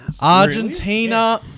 Argentina